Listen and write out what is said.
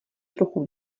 trochu